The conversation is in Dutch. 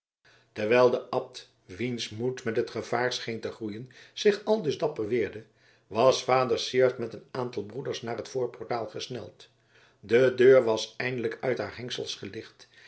terwijl de abt wiens moed met het gevaar scheen te groeien zich aldus dapper weerde was vader syard met een aantal broeders naar het voorportaal gesneld de deur was eindelijk uit haar hengsels gelicht